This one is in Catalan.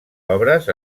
obres